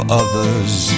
others